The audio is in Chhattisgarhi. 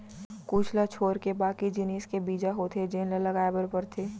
कुछ ल छोरके बाकी जिनिस के बीजा होथे जेन ल लगाए बर परथे